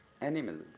Animal